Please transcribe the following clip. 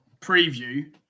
preview